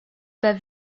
pas